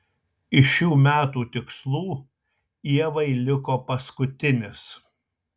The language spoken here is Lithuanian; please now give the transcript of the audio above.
iš šių metų tikslų ievai liko paskutinis